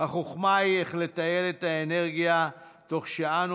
החוכמה היא איך לתעל את האנרגיה תוך שאנו